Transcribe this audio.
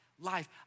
life